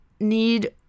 need